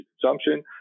consumption